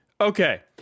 Okay